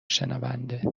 شنونده